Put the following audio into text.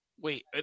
Wait